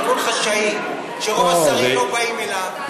ועדת השרים הזאת היא ארגון חשאי שרוב השרים לא באים אליו,